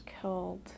killed